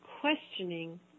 questioning